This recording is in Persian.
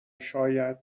شاید